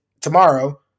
tomorrow